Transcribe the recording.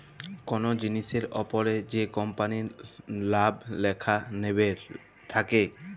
call জিলিসের অপরে যে কম্পালির লাম ল্যাখা লেবেল থাক্যে